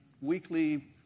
weekly